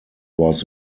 was